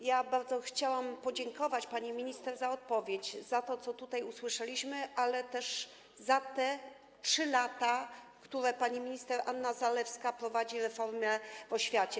Chciałam bardzo podziękować pani minister za odpowiedź, za to, co tutaj usłyszeliśmy, ale też za te 3 lata, kiedy pani minister Anna Zalewska prowadzi reformę w oświacie.